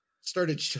started